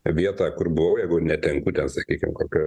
vietą kur buvau jeigu netenku ten sakykim kokią